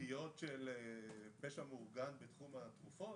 כנופיות של פשע מאורגן בתחום התרופות?